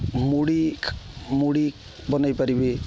ମୁଡ଼ି ମୁଡ଼ି ବନେଇପାରିବି